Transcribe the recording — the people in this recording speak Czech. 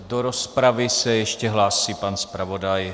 Do rozpravy se ještě hlásí pan zpravodaj.